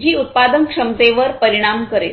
जी उत्पादनक्षमतेवर परिणाम करेल